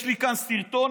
יש לי כאן סרטון,